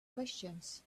questions